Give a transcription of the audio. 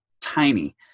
tiny